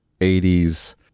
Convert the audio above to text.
80s